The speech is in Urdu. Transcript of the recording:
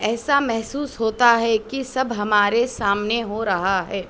ایسا محسوس ہوتا ہے کہ سب ہمارے سامنے ہو رہا ہے